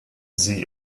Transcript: sie